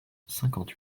cinquante